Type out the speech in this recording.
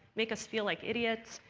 make us feel like idiots.